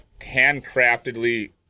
handcraftedly